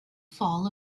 fall